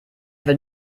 will